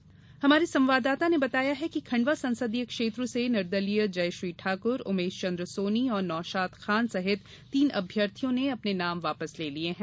खंडवा से हमारे संवादाता ने बताया है कि खंडवा संसदीय क्षेत्र से निर्दलीय जयश्री ठाक्र उमेशचंद्र सोनी और नौशाद खान सहित तीन अभ्यर्थियों ने अपने नाम वापस ले लिये हैं